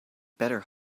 better